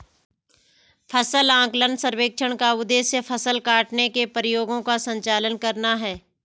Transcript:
फसल आकलन सर्वेक्षण का उद्देश्य फसल काटने के प्रयोगों का संचालन करना है